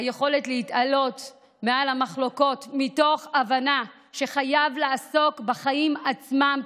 היכולת להתעלות מעל המחלוקות מתוך הבנה שחייבים לעסוק בחיים עצמם,